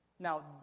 Now